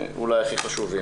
אולי הכי חשוב.